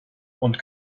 und